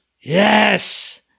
yes